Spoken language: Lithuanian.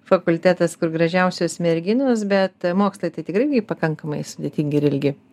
fakultetas kur gražiausios merginos bet mokslai tai tikrai pakankamai sudėtingi ir ilgi